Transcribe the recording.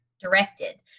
directed